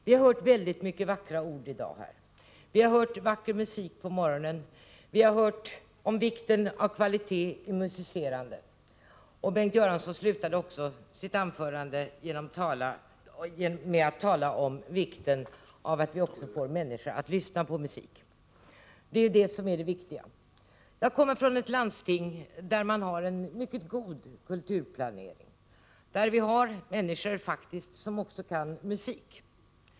Vi har hört många vackra ord här i dag, vi har hört vacker musik på morgonen och vi har hört om vikten av kvalitet i musicerandet. Bengt Göransson slutade också sitt anförande med att tala om vikten av att vi också får människor att lyssna på musik. Det är det som är det viktiga. Jag kommer från ett landsting där man har en mycket god kulturplanering och där vi har människor som faktiskt också kan musik.